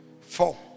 Four